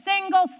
single